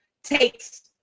Takes